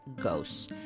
ghosts